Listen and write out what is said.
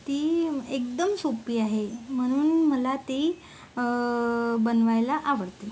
एकदम सोपी आहे म्हणून मला ती बनवायला आवडते